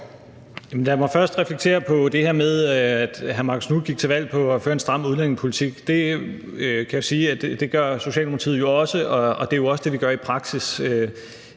Lad mig først reflektere over det her med, at hr. Marcus Knuth gik til valg på at føre en stram udlændingepolitik. Det kan jeg sige at Socialdemokratiet også gør, og det er jo også det, vi gør i praksis.